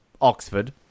Oxford